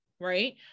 right